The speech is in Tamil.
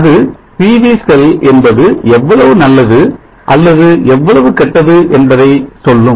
அது PV செல் என்பது எவ்வளவு நல்லது அல்லது எவ்வளவு கெட்டது என்பதை சொல்லும்